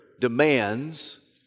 demands